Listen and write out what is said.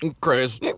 chris